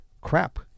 crap